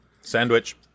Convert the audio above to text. Sandwich